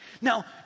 Now